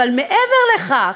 אלא מעבר לכך.